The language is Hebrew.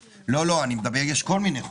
לא, יש כל מיני חומרים.